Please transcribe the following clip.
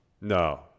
No